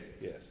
Yes